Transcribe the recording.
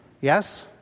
yes